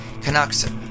Canucks